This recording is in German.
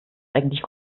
eigentlich